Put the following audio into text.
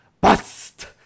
Bust